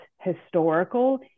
historical